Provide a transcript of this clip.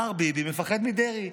מר ביבי מפחד מדרעי.